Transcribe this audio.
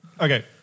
Okay